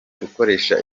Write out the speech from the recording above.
gukoresha